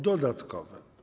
Dodatkowe.